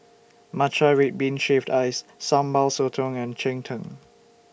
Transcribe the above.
Matcha Red Bean Shaved Ice Sambal Sotong and Cheng Tng